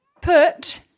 put